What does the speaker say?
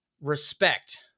Respect